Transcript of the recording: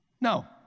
No